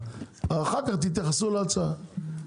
אחר כך תתייחסו להצעה.